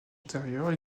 antérieure